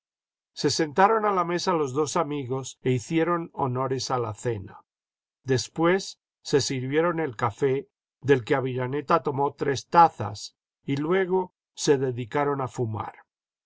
se sentaron a la mesa los dos amigos e hicieron honores a la cena después se sirvieron el café del que aviraneta tomó tres tazas y luego se dedicaron a fumar